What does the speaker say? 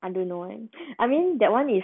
I don't know eh I mean that [one] is